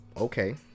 okay